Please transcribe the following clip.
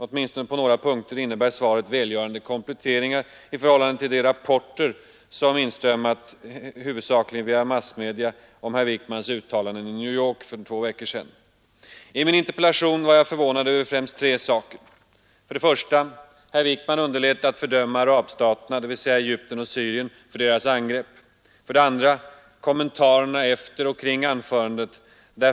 Åtminstone på några punkter innebär svaret välgörande kompletteringar i förhållande till de rapporter som inströmmat, huvudsakligen via massmedia, om herr Wickmans uttalanden i New York för två veckor sedan. I min interpellation var jag förvånad över främst tre saker: Syrien, för deras angrepp. 2. Kommentarerna efter anförandet.